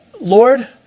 Lord